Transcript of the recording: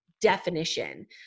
definition